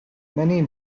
many